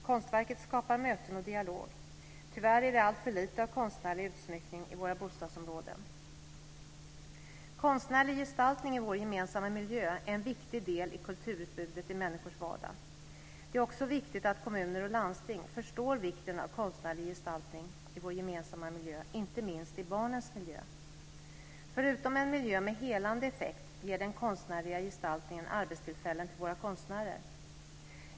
Konstverket skapar möten och dialog. Tyvärr är det alltför lite av konstnärlig utsmyckning i våra bostadsområden. Konstnärlig gestaltning i vår gemensamma miljö är en viktig del i kulturutbudet i människors vardag. Det är också viktigt att kommuner och landsting förstår vikten av konstnärlig gestaltning i vår gemensamma miljö, inte minst i barnens miljö. Förutom en miljö med så att säga helande effekt ger den konstnärliga gestaltningen arbetstillfällen till våra konstnärer.